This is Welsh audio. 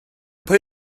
pwy